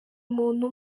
umuntu